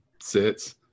sits